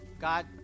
God